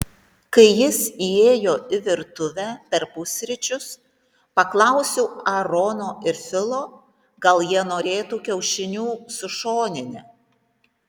kai jis įėjo į virtuvę per pusryčius paklausiau aarono ir filo gal jie norėtų kiaušinių su šonine